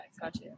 gotcha